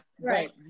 Right